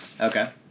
Okay